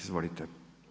Izvolite.